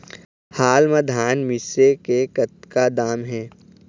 हाल मा धान मिसे के कतका दाम हे?